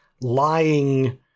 lying